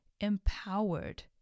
empowered